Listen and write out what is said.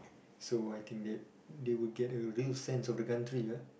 so I think that they will gather a real sense of the country ya